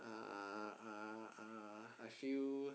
uh uh uh I feel